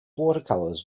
watercolors